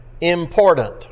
important